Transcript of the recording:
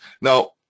Now